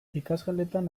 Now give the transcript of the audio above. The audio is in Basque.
ikasgeletan